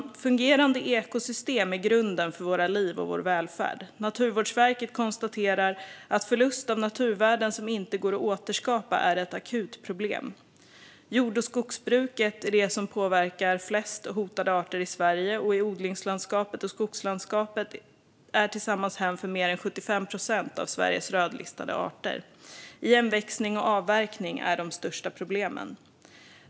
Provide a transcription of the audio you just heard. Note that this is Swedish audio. Fungerande ekosystem är grunden för våra liv och vår välfärd. Naturvårdsverket konstaterar att förlust av naturvärden som inte går att återskapa är ett akut problem. Jord och skogsbruket är det som påverkar flest hotade arter i Sverige, och odlingslandskapet och skogslandskapet är tillsammans hem för mer än 75 procent av Sveriges rödlistade arter. Igenväxning och avverkning är de största problemen.